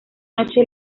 noche